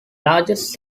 largest